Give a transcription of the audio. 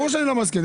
גם אני לא מסכים.